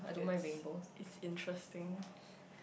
it's is interesting